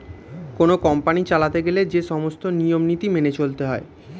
কোন কোম্পানি চালাতে গেলে যে সমস্ত নিয়ম নীতি মেনে চলতে হয়